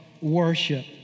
worship